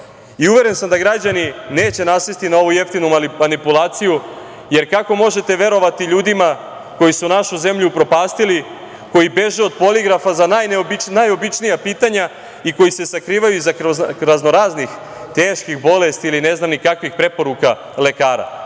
sam da građani neće nasesti na ovu jeftinu manipulaciju, jer kako možete verovati ljudima koji su našu zemlju upropastili, koji beže od poligrafa za najobičnija pitanja i koji se sakrivaju iza raznoraznih teških bolesti ili ne znam ni kakvih preporuka lekara,